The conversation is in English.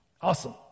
awesome